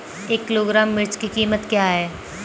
एक किलोग्राम मिर्च की कीमत क्या है?